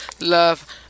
love